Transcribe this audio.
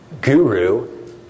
guru